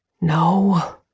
No